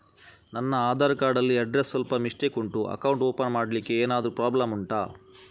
ನನ್ನ ಆಧಾರ್ ಕಾರ್ಡ್ ಅಲ್ಲಿ ಅಡ್ರೆಸ್ ಸ್ವಲ್ಪ ಮಿಸ್ಟೇಕ್ ಉಂಟು ಅಕೌಂಟ್ ಓಪನ್ ಮಾಡ್ಲಿಕ್ಕೆ ಎಂತಾದ್ರು ಪ್ರಾಬ್ಲಮ್ ಉಂಟಾ